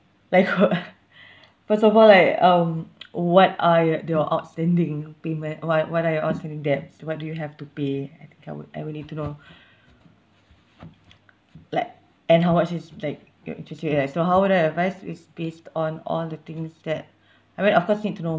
like first of all like um what are yo~ your outstanding payment what what are your outstanding debts what do you have to pay okay I would I will need to know like and how much is like your interest rate right so how would I advise is based on all the things that I mean of course need to know